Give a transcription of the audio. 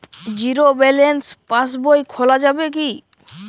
Zero balance passbook খোলা যাবে কি?